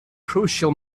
crucial